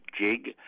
jig